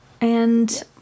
And-